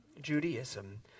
Judaism